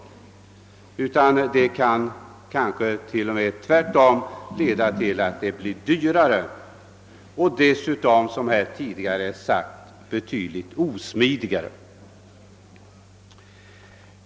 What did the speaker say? Tvärtom kommer verksamheten kanske t.o.m. att bli dyrare och dessutom, vill jag starkt understryka, betydligt osmidigare.